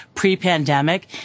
pre-pandemic